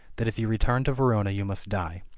that if you returned to verona you must die.